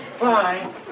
Bye